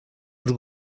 als